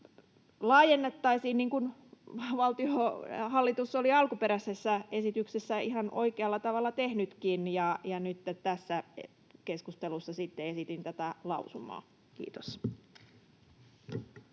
laajennettaisiin niin kuin hallitus oli alkuperäisessä esityksessä ihan oikealla tavalla tehnytkin. Nytten tässä keskustelussa sitten esitin tätä lausumaa. — Kiitos.